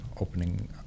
opening